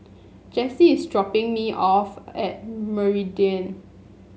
Jessie is dropping me off at Meridian